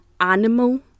animal